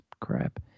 crap